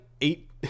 eight